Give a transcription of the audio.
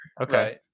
Okay